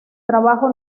trabajo